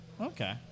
Okay